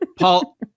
paul